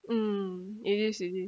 mm it is it is